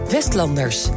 Westlanders